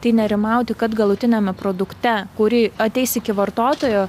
tai nerimauti kad galutiniame produkte kuri ateis iki vartotojo